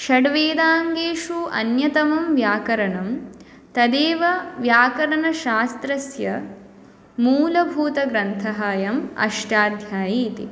षड्वेदाङ्गेषु अन्यतमं व्याकरणं तदेव व्याकरनशास्त्रस्य मूलभूतग्रन्थः अयम् अष्टाध्यायी इति